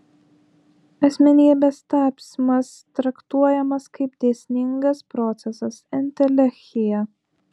asmenybės tapsmas traktuojamas kaip dėsningas procesas entelechija